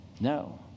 No